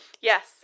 yes